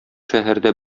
шәһәрдә